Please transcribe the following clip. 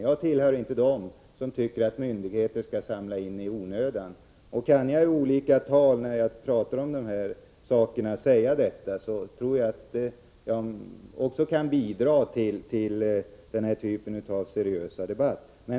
Jag tillhör inte dem som tycker att myndigheter skall samla in uppgifter i onödan. Om jag när jag i olika tal pratar om dessa frågor säger detta tror jag att det kan bidra till att vi får en seriös debatt.